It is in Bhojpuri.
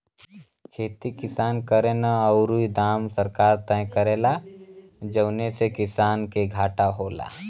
खेती किसान करेन औरु दाम सरकार तय करेला जौने से किसान के घाटा होला